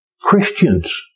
Christians